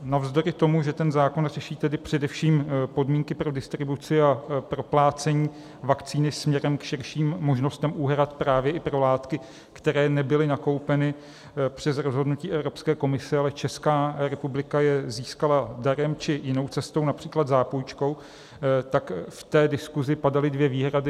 Navzdory tomu, že ten zákon řeší především podmínky pro distribuci a proplácení vakcíny směrem k širším možnostem úhrad právě i pro látky, které nebyly nakoupeny přes rozhodnutí Evropské komise, ale Česká republika je získala darem či jinou cestou, například zápůjčkou, tak v diskusi padaly dvě výhrady.